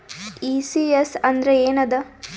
ECS ಅಂದ್ರ ಏನದ?